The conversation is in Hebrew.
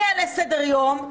אני אעלה סדר יום,